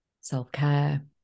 self-care